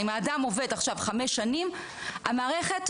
אם האדם עובד עכשיו חמש שנים רוב